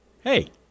hey